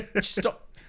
Stop